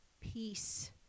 peace